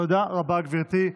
תודה רבה, גברתי.